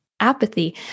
apathy